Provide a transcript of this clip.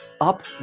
Up